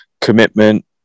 commitment